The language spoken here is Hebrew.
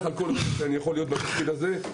על כל רגע שאני יכול להיות בתפקיד הזה.